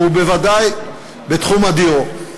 ובוודאי בתחום הדיור.